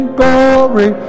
glory